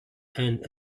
and